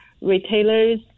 retailers